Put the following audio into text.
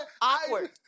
awkward